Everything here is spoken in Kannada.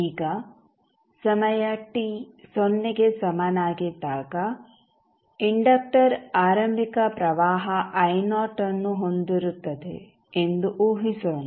ಈಗ ಸಮಯ ಟಿ ಸೊನ್ನೆಗೆ ಸಮನಾಗಿದ್ದಾಗ ಇಂಡಕ್ಟರ್ ಆರಂಭಿಕ ಪ್ರವಾಹವನ್ನು ಹೊಂದಿರುತ್ತದೆ ಎಂದು ಊಹಿಸೋಣ